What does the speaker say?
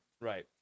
Right